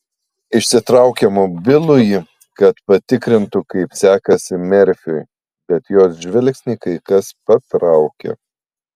išsitraukė mobilųjį kad patikrintų kaip sekasi merfiui bet jos žvilgsnį kai kas patraukė